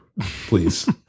Please